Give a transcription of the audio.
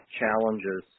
challenges